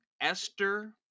Esther